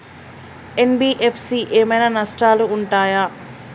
NBFC ఏమైనా నష్టాలు ఉంటయా?